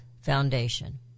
Foundation